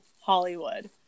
hollywood